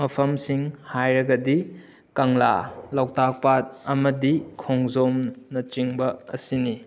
ꯃꯐꯝꯁꯤꯡ ꯍꯥꯏꯔꯒꯗꯤ ꯀꯪꯂꯥ ꯂꯣꯛꯇꯥꯛ ꯄꯥꯠ ꯑꯃꯗꯤ ꯈꯣꯡꯖꯣꯝꯅꯆꯤꯡꯕ ꯑꯁꯤꯅꯤ